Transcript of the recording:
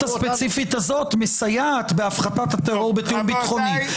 הספציפית הזאת מסייעת בהפחתת הטרור בתיאום ביטחוני.